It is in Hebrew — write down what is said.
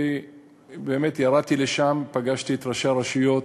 ובאמת ירדתי לשם, פגשתי את ראשי הרשויות